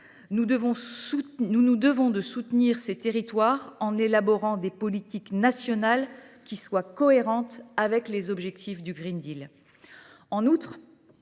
Nous nous devons de soutenir ces territoires en élaborant des politiques nationales qui soient cohérentes avec les objectifs du.